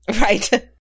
right